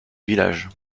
village